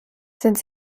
sind